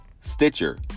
stitcher